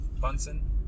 Bunsen